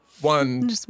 one